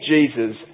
Jesus